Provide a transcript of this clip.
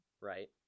Right